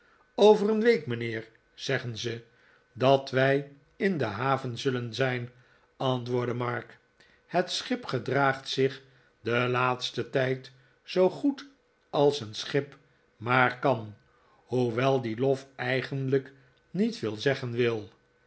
over een week mijnheer zeggen ze dat wij in de haven zullen zijn antwoordde mark het schip gedraagt zich den laatsten tijd zoo goed als een schip maar kan hoewel die lof eigenlijk niet veel zeggen wil